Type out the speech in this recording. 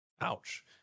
Ouch